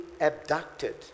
abducted